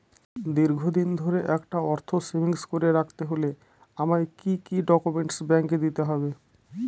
দীর্ঘদিন ধরে একটা অর্থ সেভিংস করে রাখতে হলে আমায় কি কি ডক্যুমেন্ট ব্যাংকে দিতে হবে?